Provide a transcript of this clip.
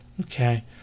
okay